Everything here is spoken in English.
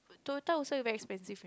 Toyota also very expensive